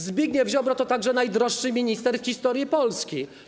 Zbigniew Ziobro to także najdroższy minister w historii Polski.